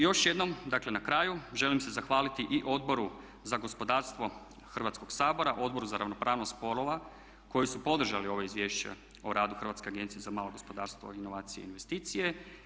Još jednom, dakle na kraju želim se zahvaliti i Odboru za gospodarstvo Hrvatskoga sabora, Odboru za ravnopravnost spolova koji su podržali ovo izvješće o radu Hrvatske agencije za malo gospodarstvo, inovacije i investicije.